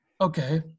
Okay